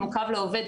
כמו "קו לעובד",